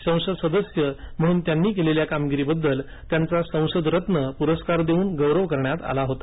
संसद सदस्य म्हणून त्यांनी केलेल्या कामगिरीबद्दल त्यांचा संसदरत्न पुरस्कार देऊन गौरव करण्यात आला होता